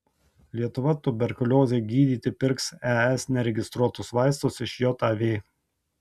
lietuva tuberkuliozei gydyti pirks es neregistruotus vaistus iš jav